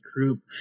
group